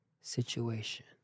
situation